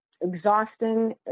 exhausting